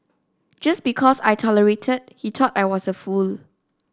just because I tolerated he thought I was a fool